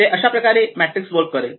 ते अशा प्रकारे हा मॅट्रिक्स वर्क करेल